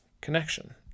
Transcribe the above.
connection